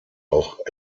auch